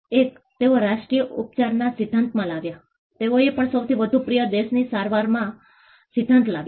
એક તેઓ રાષ્ટ્રીય ઉપચારના સિદ્ધાંતમાં લાવ્યા તેઓએ પણ સૌથી વધુ પ્રિય દેશની સારવારના સિદ્ધાંત લાવ્યા